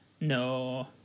No